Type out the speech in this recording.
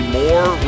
more